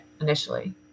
initially